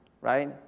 right